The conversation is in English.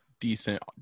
decent